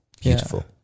beautiful